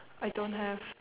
I don't have